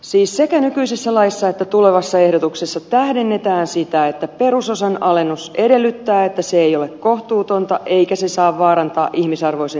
siis sekä nykyisessä laissa että tulevassa ehdotuksessa tähdennetään sitä että perusosan alennus edellyttää että se ei ole kohtuutonta eikä se saa vaarantaa ihmisarvoisen elämän turvaa